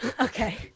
okay